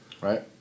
Right